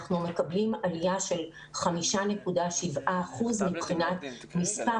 אנחנו מקבלים עלייה של 5.7% מבחינת מספר